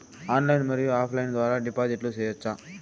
Online మరియు offline ద్వారా డిపాజిట్లు సేయొచ్చా?